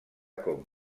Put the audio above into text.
cop